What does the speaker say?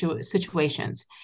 situations